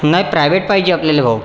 नाही प्रायव्हेट पाहिजे आपल्याले भाऊ